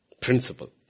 Principle